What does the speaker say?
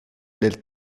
del